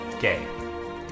Gay